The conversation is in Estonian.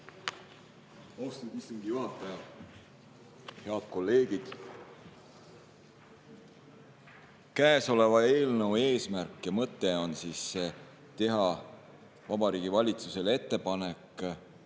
istungi juhataja! Head kolleegid! Käesoleva eelnõu eesmärk ja mõte on teha Vabariigi Valitsusele ettepanek